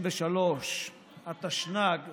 תחשוב על